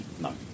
No